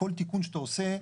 כל תיקון שאתה עושה,